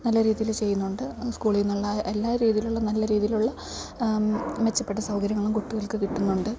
നല്ല രീതിയിൽ ചെയ്യുന്നുണ്ട് സ്കൂളിൽ നിന്നുള്ള എല്ലാ രീതിയിലുള്ള നല്ല രീതിയിലുള്ള മെച്ചപ്പെട്ട സൗകര്യങ്ങളും കുട്ടികൾക്ക് കിട്ടുന്നുണ്ട്